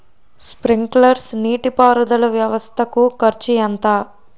Sprinkler నీటిపారుదల వ్వవస్థ కు ఖర్చు ఎంత?